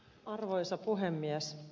arvoisa puhemies